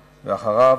ואחריו,